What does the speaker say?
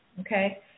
okay